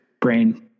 brain